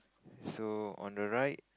so on the right